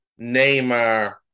Neymar